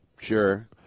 Sure